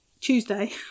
Tuesday